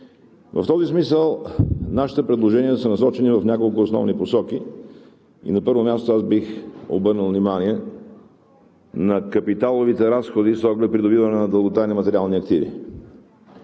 В този смисъл нашите предложения са насочени в няколко основни посоки и на първо място аз бих обърнал внимание на капиталовите разходи с оглед придобиване на дълготрайни материални активи.